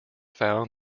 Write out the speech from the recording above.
found